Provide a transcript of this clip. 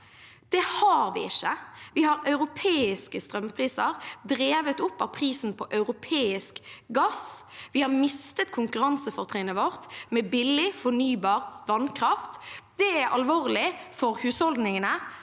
Det har vi ikke. Vi har europeiske strømpriser, drevet opp av prisen på europeisk gass. Vi har mistet konkurransefortrinnet vårt med billig fornybar vannkraft. Det er alvorlig for husholdningene